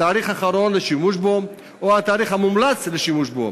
התאריך האחרון לשימוש בו או התאריך האחרון המומלץ לשימוש בו.